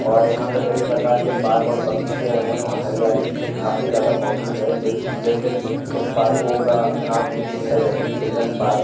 और यहाँ पर कई प्रकार के बाग और बगीचे हैं और हरियाली काफ़ी ज़्यादा मौजूद है जैसे कुछ पार्कों का नाम विशिष्ट है जैसे चिल्ड्रन पार्क